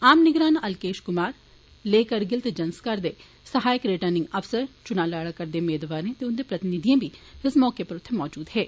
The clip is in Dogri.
आम निगरान अलकेष कुमार लेह कारगिल ते जुंस्कार दे सहायक रिटर्निंग अफसर चुना लड़ै करदे मेदवार ते उन्दे प्रतिनिधि बी इस मौके उत्थे मजूद हे